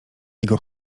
jego